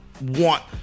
want